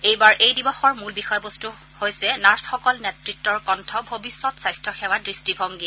এইবাৰ এই দিৱসৰ মূল বিষয়বস্তু হৈছে নাৰ্ছসকল ঃ নেত়ত্বৰ কণ্ঠ ভৱিষ্যৎ স্বাস্থ্যসেৱাৰ দৃষ্টিভংগী